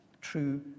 true